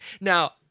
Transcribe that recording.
now